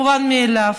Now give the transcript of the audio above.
מובן מאליו.